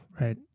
right